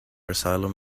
asylum